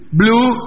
blue